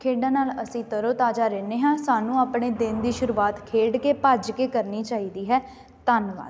ਖੇਡਾਂ ਨਾਲ ਅਸੀਂ ਤਰੋ ਤਾਜ਼ਾ ਰਹਿੰਦੇ ਹਾਂ ਸਾਨੂੰ ਆਪਣੇ ਦਿਨ ਦੀ ਸ਼ੁਰੂਆਤ ਖੇਡ ਕੇ ਭੱਜ ਕੇ ਕਰਨੀ ਚਾਹੀਦੀ ਹੈ ਧੰਨਵਾਦ